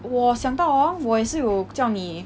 我想到 hor 我也是有叫你